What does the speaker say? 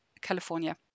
California